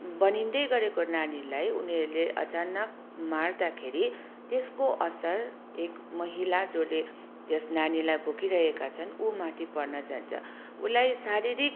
बनिँदै गरेको नानीलाई उनीहरूले अचानक मार्दाखेरि त्यसको असर एक महिला जसले त्यस नानीलाई बोकिरहेका छन् उसमाथि पर्नजान्छ उसलाई शारीरिक